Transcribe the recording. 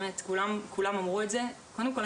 וכולם אמרו את זה: קודם כל,